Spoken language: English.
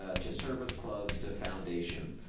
ah to service clubs, to foundation.